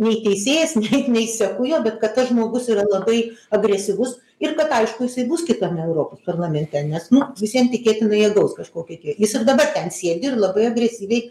nei teisėjas nei nei seku jo bet kad tas žmogus yra labai agresyvus ir kad aišku jisai bus kitame europos parlamente nes nu vis vien tikėtina jie gaus kažkokį kiekį jis ir dabar ten sėdi ir labai agresyviai